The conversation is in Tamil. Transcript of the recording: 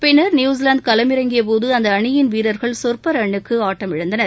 பின்னர் நியுசிலாந்து களமிறங்கியபோது அந்த அணியின் வீரர்கள் சொற்ப ரன்னுக்கு ஆட்டமிழந்தனர்